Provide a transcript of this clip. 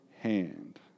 hand